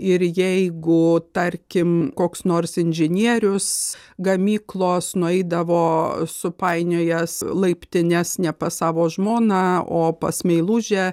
ir jeigu tarkim koks nors inžinierius gamyklos nueidavo supainiojęs laiptines ne pas savo žmona o pas meilužę